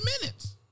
minutes